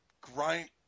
Grind